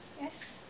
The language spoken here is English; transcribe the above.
Yes